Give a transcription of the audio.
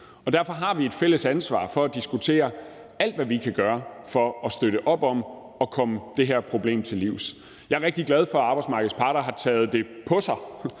Derfor har vi et fælles ansvar for at diskutere alt, hvad vi kan gøre, for at støtte op om at komme det her problem til livs. Jeg er rigtig glad for, at arbejdsmarkedets parter har taget det på sig